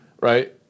right